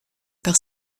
par